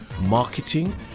marketing